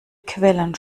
quellen